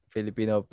Filipino